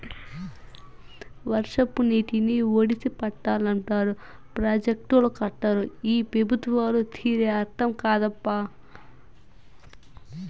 వర్షపు నీటిని ఒడిసి పట్టాలంటారు ప్రాజెక్టులు కట్టరు ఈ పెబుత్వాల తీరే అర్థం కాదప్పా